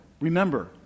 Remember